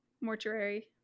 Mortuary